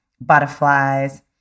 butterflies